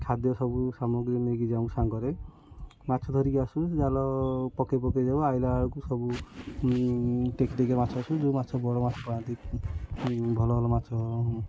ଖାଦ୍ୟ ସବୁ ସାମଗ୍ରୀ ନେଇକି ଯାଉ ସାଙ୍ଗରେ ମାଛ ଧରିକି ଆସୁ ଜାଲ ପକେଇ ପକେଇ ଯାଉ ଆଇଲା ବେଳକୁ ସବୁ ଟେକି ଟେକି ମାଛ ଆସୁ ଯେଉଁ ମାଛ ବଡ଼ ମାଛ ପାଆନ୍ତି ଭଲ ଭଲ ମାଛ